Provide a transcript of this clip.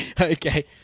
Okay